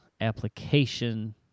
application